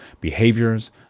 behaviors